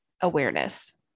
Awareness